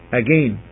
again